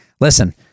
listen